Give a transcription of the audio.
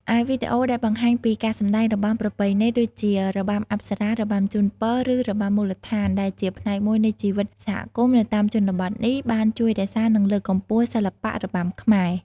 ឯវីដេអូដែលបង្ហាញពី ការសម្តែងរបាំប្រពៃណី ដូចជារបាំអប្សរា របាំជូនពរ ឬ របាំមូលដ្ឋាន ដែលជាផ្នែកមួយនៃជីវិតសហគមន៍នៅតាមជនបទនេះ បានជួយរក្សា និងលើកកម្ពស់សិល្បៈរបាំខ្មែរ។